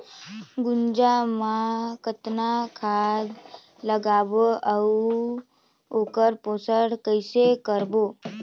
गुनजा मा कतना खाद लगाबो अउ आऊ ओकर पोषण कइसे करबो?